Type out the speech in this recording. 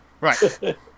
Right